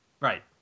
Right